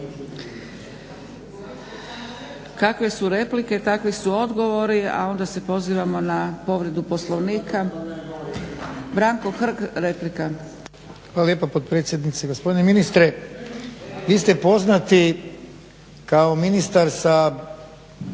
Kakve su replike takvi su odgovori a onda se pozivamo na povredu Poslovnika. Branko Hrg replika. **Hrg, Branko (HSS)** Hvala lijepa potpredsjednice. Gospodine ministre vi ste poznati kao ministar sa